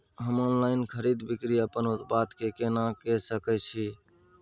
हम ऑनलाइन खरीद बिक्री अपन उत्पाद के केना के सकै छी?